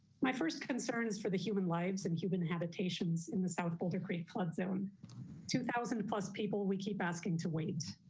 my first concern is for the human lives and human habitation in the south boulder creek flood zone two thousand plus people we keep asking to wait.